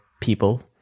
people